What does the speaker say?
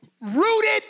rooted